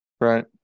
Right